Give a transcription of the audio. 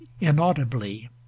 inaudibly